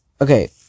okay